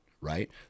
right